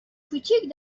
کوچیک